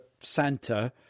Santa